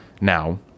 Now